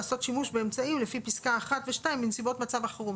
לעשות שימוש באמצעים לפי פסקאות (1) ו-(2) בנסיבות מצב החירום.